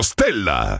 Stella